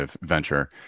venture